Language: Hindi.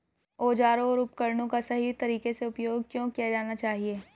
औजारों और उपकरणों का सही तरीके से उपयोग क्यों किया जाना चाहिए?